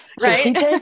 right